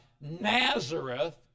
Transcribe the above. Nazareth